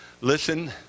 listen